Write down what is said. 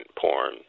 porn